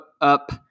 up